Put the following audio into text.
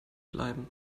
bleiben